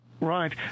Right